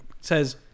says